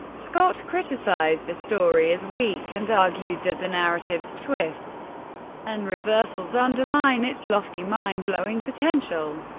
scott criticized the story as weak, and argued that the narrative's twists and reversals undermine its lofty, mindblowing potential.